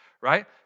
right